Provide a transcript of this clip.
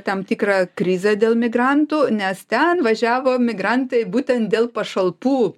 tam tikrą krizę dėl migrantų nes ten važiavo migrantai būtent dėl pašalpų